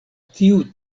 tiu